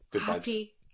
happy